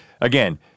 Again